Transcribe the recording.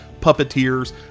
puppeteers